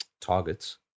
targets